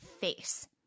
face